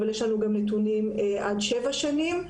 אבל יש לנו גם נתונים עד שבע שנים.